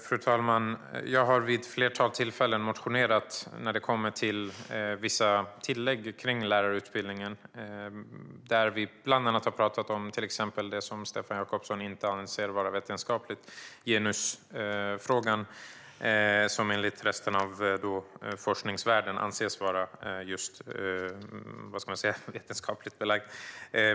Fru talman! Jag har vid ett flertal tillfällen motionerat om vissa tillägg när det gäller lärarutbildningen. Bland annat har vi talat om det som Stefan Jakobsson inte anser vara vetenskapligt belagt, nämligen genusfrågan, som av forskningsvärlden anses vara just vetenskapligt belagd.